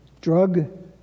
drug